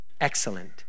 Excellent